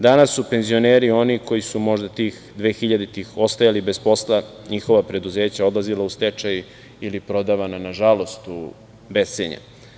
Danas su penzioneri oni koji su možda tih dvehiljaditih ostajali bez posla, njihova preduzeća odlazila u stečaj ili prodavana, nažalost, u bescenje.